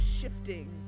shifting